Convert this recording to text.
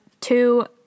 two